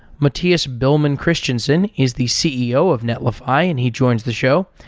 mathias biilmann christensen is the ceo of netlify and he joins the show.